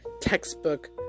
textbook